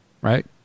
right